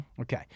Okay